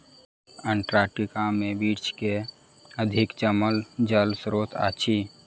Antarctica में विश्व के अधिकांश जमल जल स्त्रोत अछि